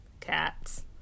Cats